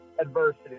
Adversity